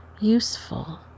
useful